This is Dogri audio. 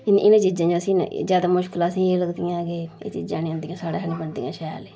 ते इनें चीजां असें ज्यादा मुश्कल असें एह् लगदियां के एह् चीजां नी औंदियां साढ़ा हा नेईं बनदियां शैल एह्